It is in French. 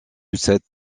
cette